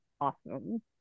awesome